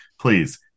please